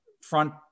front